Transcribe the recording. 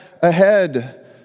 ahead